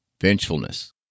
vengefulness